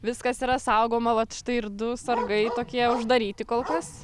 viskas yra saugoma vat štai ir du sargai tokie uždaryti kol kas